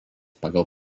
pagal